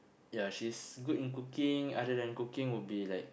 ya she's good in cooking other than cooking would be like